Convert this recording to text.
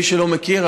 מי שלא מכיר,